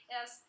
Yes